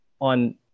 on –